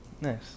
Nice